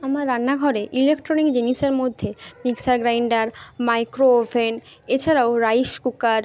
আমার রান্নাঘরে ইলেকট্রনিক জিনিসের মধ্যে মিক্সার গ্রাইন্ডার মাইক্রোওভেন এছাড়াও রাইস কুকার